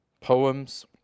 poems